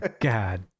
God